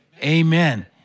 amen